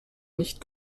nicht